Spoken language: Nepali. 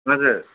हजुर